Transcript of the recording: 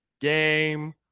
Game